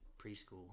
preschool